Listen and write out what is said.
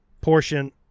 portion